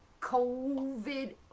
COVID